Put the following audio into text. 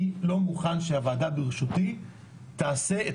אני לא מוכן שהוועדה בראשותי תעשה את